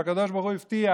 אם הקדוש ברוך הוא הבטיח,